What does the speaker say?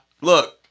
look